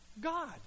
God